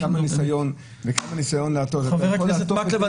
וכמה ניסיון להטעות --- חבר הכנסת מקלב,